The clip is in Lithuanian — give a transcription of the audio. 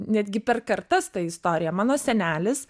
netgi per kartas ta istorija mano senelis